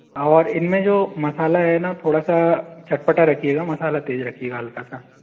और इन में जो मसाला हैं ना थोड़ा सा चटपटा रखिएगा मसाला तेज़ रखिएगा हल्का सा